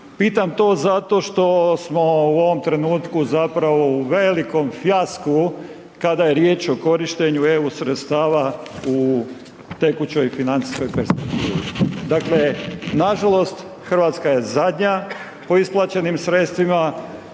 Pitam to zato što smo u ovom trenutku zapravo u velikom fijasku kada je riječ o korištenju EU sredstava u tekućoj financijskoj perspektivi. Dakle, nažalost Hrvatska je zadnja po isplaćenim sredstvima,